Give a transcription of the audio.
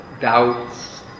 doubts